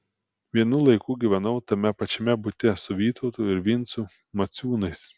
vienu laiku gyvenau tame pačiame bute su vytautu ir vincu maciūnais